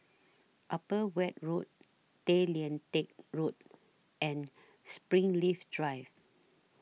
Upper Weld Road Tay Lian Teck Road and Springleaf Drive